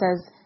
says